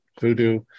voodoo